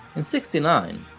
in sixty nine,